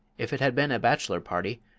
if it had been a bachelor party,